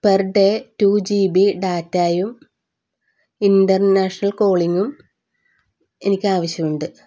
per day two G B ഡാറ്റായും international കോളിങ്ങും എനിക്കാവശ്യം ഉണ്ട്